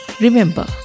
remember